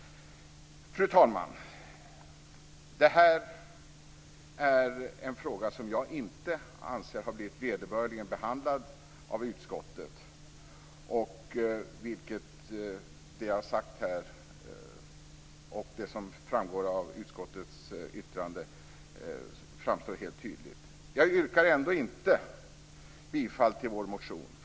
Fru talman! Det här en fråga som jag anser inte har blivit vederbörligen behandlad av utskottet, vilket tydligt framgår av utskottets skrivning. Jag yrkar ändå inte bifall till vår motion.